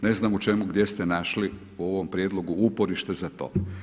Ne znam u čemu, gdje ste našli u ovom prijedlogu uporište za to.